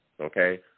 okay